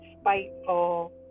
spiteful